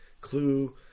Clue